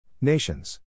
Nations